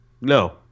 no